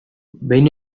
behin